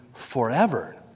forever